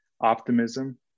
optimism